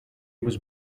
was